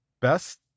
best